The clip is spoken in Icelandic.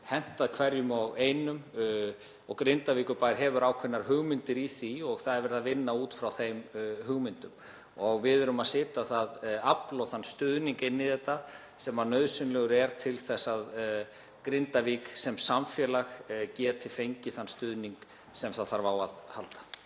hentað hverjum og einum. Grindavíkurbær hefur ákveðnar hugmyndir í því og það er verið að vinna út frá þeim hugmyndum og við erum að setja það afl og þann stuðning inn í þetta sem nauðsynlegur er til þess að Grindavík sem samfélag geti fengið þann stuðning sem það þarf á að halda.